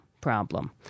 problem